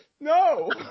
No